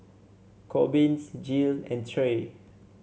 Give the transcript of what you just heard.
Corbin Jiles and Trae